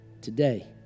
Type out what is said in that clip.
Today